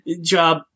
Job